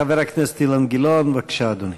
חבר הכנסת אילן גילאון, בבקשה, אדוני.